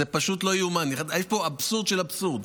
זה פשוט לא יאומן, יש פה אבסורד של אבסורד.